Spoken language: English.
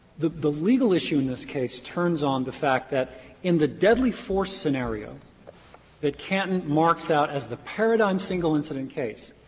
the the legal issue in this case turns on the fact that in the deadly force scenario that canton marks out as the paradigm single incident case,